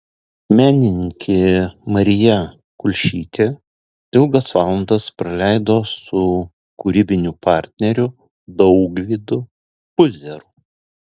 menininkė marija kulšytė ilgas valandas praleido su kūrybiniu partneriu daugvydu puzeru